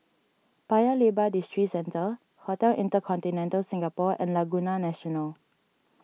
Paya Lebar Districentre Hotel Intercontinental Singapore and Laguna National